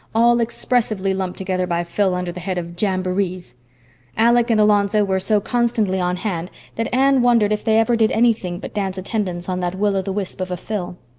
all expressively lumped together by phil under the head of jamborees alec and alonzo were so constantly on hand that anne wondered if they ever did anything but dance attendance on that will-o'-the-wisp of a phil.